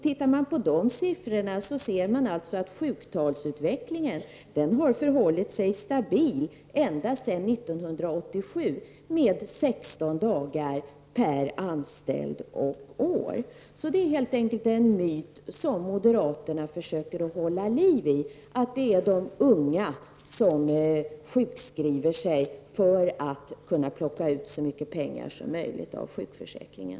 Tittar man på dessa siffror ser man alltså att sjuktalsutvecklingen har förhållit sig stabil ända sedan 1987, med 16 dagar per anställd och år. Det är helt enkelt en myt som moderaterna försöker hålla vid liv att det är de unga som sjukskriver sig för att kunna plocka ut så mycket pengar som möjligt av sjukförsäkringen.